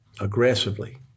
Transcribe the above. aggressively